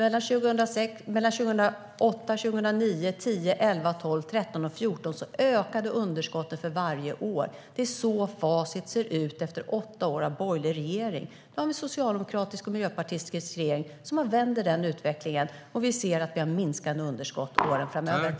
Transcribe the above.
Mellan 2008 och 2014 ökade underskottet för varje år. Det är så facit ser ut efter åtta år med en borgerlig regering. Nu har vi en socialdemokratisk och miljöpartistisk regering som vänder den utvecklingen, och vi ser minskande underskott kommande år.